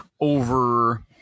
over